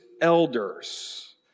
elders